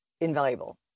invaluable